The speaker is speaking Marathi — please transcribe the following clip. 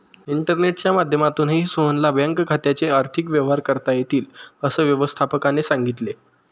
इंटरनेटच्या माध्यमातूनही सोहनला बँक खात्याचे आर्थिक व्यवहार करता येतील, असं व्यवस्थापकाने सांगितले